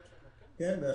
כן, בהחלט.